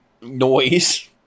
noise